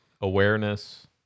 awareness